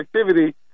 activity